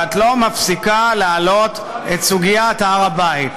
ואת לא מפסיקה להעלות את סוגיית הר הבית.